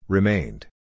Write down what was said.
Remained